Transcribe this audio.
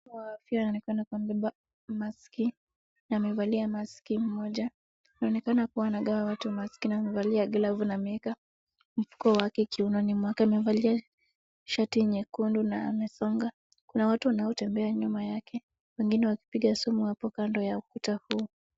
Mhudumu wa afya anaonekana kama anabeba maski na amevalia maski moja. Anaonekana kuwa anagawa watu maski na amevalia glavu na ameweka mfuko wake kiunoni mwake. Amevalia shati nyekundu na amesonga. Kuna watu wanaotembea nyuma yake, wengine wakipiga soga hapo kando ya ukuta huo.